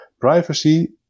Privacy